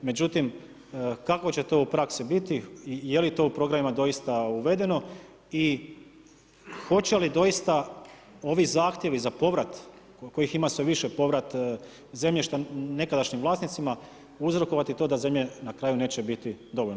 Međutim, kako će to u praksi biti i je li to u programima doista uvedeno i hoće li doista ovi zahtjevi za povrat kojih ima sve više, povrat zemljišta nekadašnjim vlasnicima uzrokovati to da zemlje na kraju neće biti dovoljno.